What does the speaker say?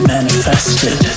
Manifested